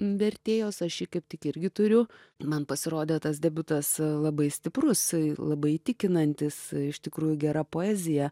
vertėjos aš jį kaip tik irgi turiu man pasirodė tas debiutas labai stiprus labai įtikinantis iš tikrųjų gera poezija